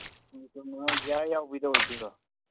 ꯒ꯭ꯌꯥꯔ ꯌꯥꯎꯕꯤꯗ ꯑꯣꯏꯗꯣꯏꯕ